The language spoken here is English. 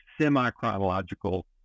semi-chronological